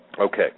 Okay